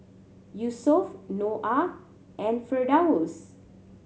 Yusuf Noah and Firdaus